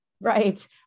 right